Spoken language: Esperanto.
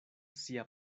sia